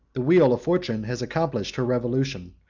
the wheel of fortune has accomplished her revolution,